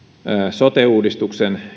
sote uudistuksen